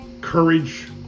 courage